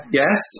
yes